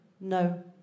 no